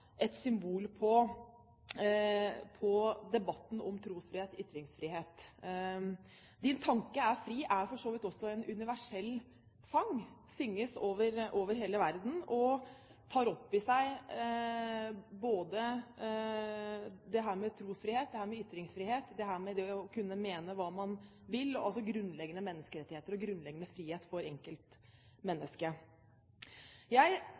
et symbol på debatten om trosfrihet og ytringsfrihet. «Din tanke er fri» er en universell sang, den synges som sagt over hele verden og tar opp i seg både trosfrihet, ytringsfrihet og det å kunne mene hva man vil – altså grunnleggende menneskerettigheter og en grunnleggende frihet for enkeltmennesket. Når man ser på trendene med hensyn til globalisering, tror jeg